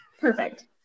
Perfect